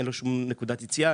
אין לו שום נקודת יציאה.